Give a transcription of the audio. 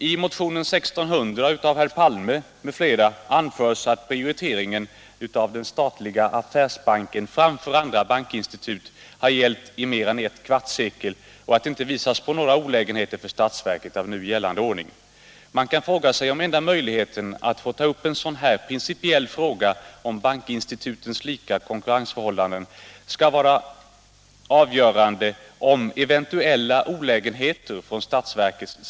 I motionen 1600 av herr Palme m.fl. anförs att prioriteringen av den statliga affärsbanken framför andra bankinstitut har gällt i mer än ett kvartssekel och att det inte visats på några olägenheter för statsverket av nu gällande ordning. Man kan fråga sig om enda möjligheten att få ta upp en sådan principiell fråga som bankinstitutens lika konkurrensförhållanden skulle ligga i förekomsten av eventuella olägenheter för statsverket.